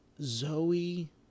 Zoe